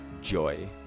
joy